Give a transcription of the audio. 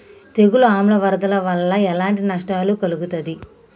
తెగులు ఆమ్ల వరదల వల్ల ఎలాంటి నష్టం కలుగుతది?